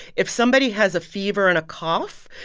if somebody has a fever and a cough,